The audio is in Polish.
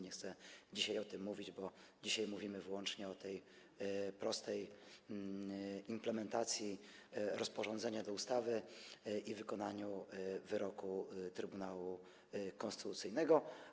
Nie chcę dzisiaj o tym mówić, bo dzisiaj mówimy wyłącznie o tej prostej implementacji rozporządzenia do ustawy i wykonaniu wyroku Trybunału Konstytucyjnego.